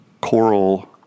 coral